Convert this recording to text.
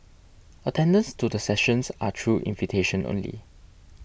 attendance to the sessions are through invitation only